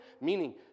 meaning